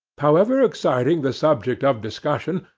however exciting the subject of discussion,